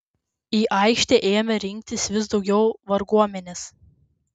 į aikštę ėmė rinktis vis daugiau varguomenės